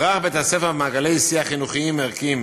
ערך בית-הספר מעגלי שיח חינוכיים ערכיים